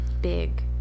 big